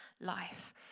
life